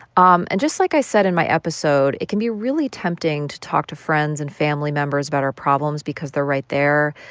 um and just like i said in my episode, it can be really tempting to talk to friends and family members about our problems because they're right there.